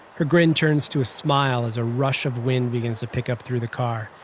her grin turns to smile as a rush of wind begins to pick up through the car.